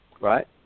right